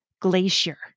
glacier